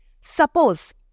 Suppose